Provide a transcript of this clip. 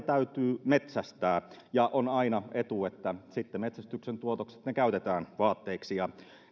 täytyy metsästää ja on aina etu että sitten metsästyksen tuotokset käytetään vaatteiksi